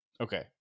Okay